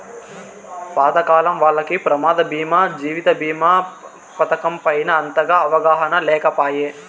పాతకాలం వాల్లకి ప్రమాద బీమా జీవిత బీమా పతకం పైన అంతగా అవగాహన లేకపాయె